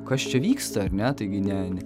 kas čia vyksta ar ne taigi ne